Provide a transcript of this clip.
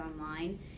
online